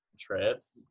trips